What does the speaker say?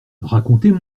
racontez